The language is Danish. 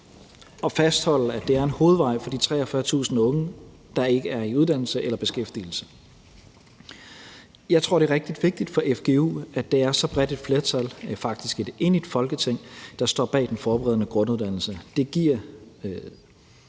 og fastholde, at det er en hovedvej for de 43.000 unge, der ikke er i uddannelse eller beskæftigelse. Jeg tror, det er rigtig vigtigt for fgu, at det er så bredt et flertal, faktisk et enigt Folketing, der står bag den forberedende grunduddannelse.